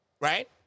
right